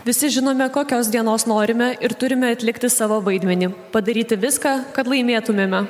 visi žinome kokios dienos norime ir turime atlikti savo vaidmenį padaryti viską kad laimėtumėme